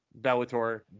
bellator